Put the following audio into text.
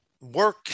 work